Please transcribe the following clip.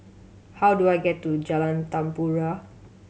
how do I get to Jalan Tempua